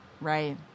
right